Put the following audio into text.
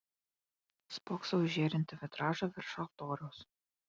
spoksau į žėrintį vitražą virš altoriaus